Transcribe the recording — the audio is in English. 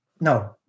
No